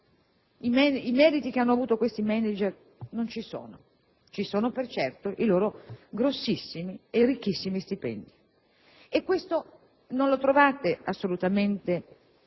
i meriti che hanno avuto questi *manager* non ci sono; ci sono per certo i loro grossissimi e ricchissimi stipendi. E questo non lo trovate assolutamente